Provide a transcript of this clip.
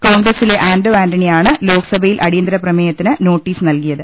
കോൺഗ്രസിലെ ആന്റോ ആന്റണിയാണ് ലോക്സഭയിൽ അടിയന്തരപ്രമേയത്തിന് നോട്ടീസ് നൽകിയത്